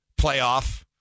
playoff